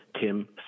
Tim